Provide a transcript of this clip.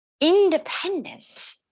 independent